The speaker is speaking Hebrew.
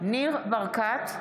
ניר ברקת,